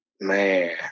Man